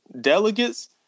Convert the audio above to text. delegates